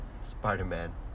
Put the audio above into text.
Spider-Man